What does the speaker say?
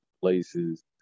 places